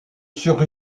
sur